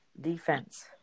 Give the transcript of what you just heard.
defense